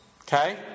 Okay